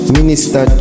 Minister